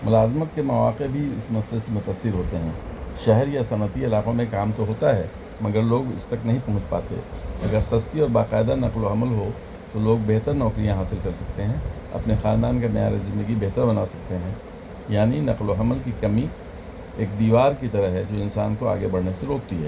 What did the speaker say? ملازمت کے مواقع بھی اس مسئلے سے متاثر ہوتے ہیں شہر یا صنعتی علاقوں میں کام تو ہوتا ہے مگر لوگ اس تک نہیں پہنچ پاتے اگر سستی اور باقاعدہ نقل و حمل ہو تو لوگ بہتر نوکریاں حاصل کر سکتے ہیں اپنے خاندان کا معیار زندگی بہتر بنا سکتے ہیں یعنی نقل و حمل کی کمی ایک دیوار کی طرح ہے جو انسان کو آگے بڑھنے سے روکتی ہے